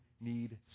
need